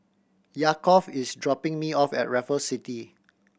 Yaakov is dropping me off at Raffles City